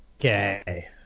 Okay